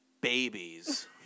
babies